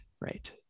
right